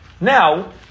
Now